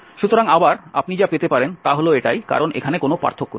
সুতরাং আবার আপনি যা পেতে পারেন তা হল এটাই কারণ এখানে কোনও পার্থক্য নেই